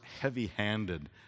heavy-handed